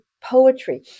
poetry